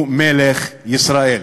הוא מלך ישראל.